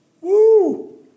Woo